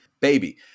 baby